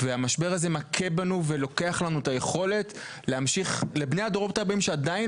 והמשבר הזה מכה בנו ולוקח לבני הדורות הבאים שעדיין